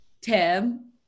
Tim